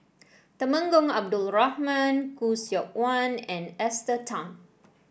Temenggong Abdul Rahman Khoo Seok Wan and Esther Tan